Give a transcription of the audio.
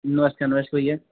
नमस्ते नमस भैया